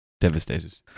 Devastated